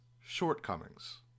shortcomings